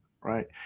Right